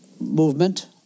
movement